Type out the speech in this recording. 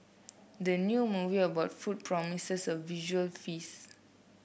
the new movie about food promises a visual feast